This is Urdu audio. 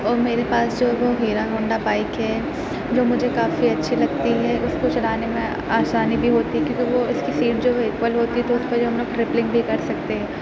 اور میرے پاس جو ابھی ہیرو ہونڈا بائک ہے جو مجھے کافی اچھی لگتی ہے اُس کو چلانے میں آسانی بھی ہوتی ہے کیونکہ وہ اِس کی سیٹ جوکہ اوپر ہوتی ہے تو اُس پہ جو ہے ہم لوگ ٹرپلنگ بھی کر سکتے ہیں